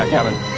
haven't